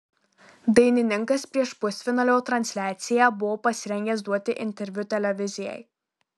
dainininkas prieš pusfinalio transliaciją buvo pasirengęs duoti interviu televizijai